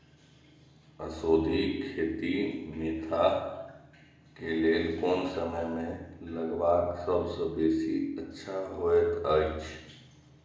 औषधि खेती मेंथा के लेल कोन समय में लगवाक सबसँ बेसी अच्छा होयत अछि?